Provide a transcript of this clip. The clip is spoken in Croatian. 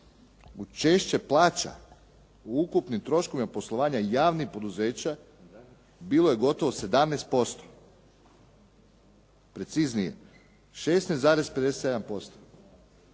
učešće plaća u ukupnim troškovima poslovanja javnih poduzeća bilo je gotovo 17%. Preciznije, 16,57%.